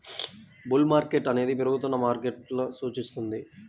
bull market అనేది పెరుగుతున్న మార్కెట్ను సూచిస్తుంది